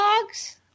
dogs